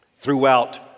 throughout